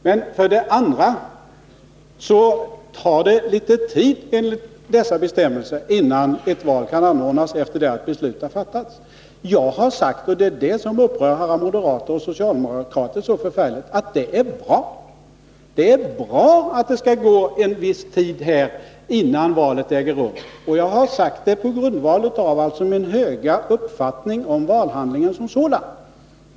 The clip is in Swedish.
Men enligt dessa bestämmelser tar det litet tid innan ett val kan anordnas efter det att beslut har fattats. Jag har sagt, och det är det som upprör alla moderater och socialdemokrater så förfärligt, att det är bra att det skall gå en viss tid innan valet äger rum. Jag har sagt det på grundval av min höga uppfattning om valhandlingen som sådan.